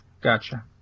gotcha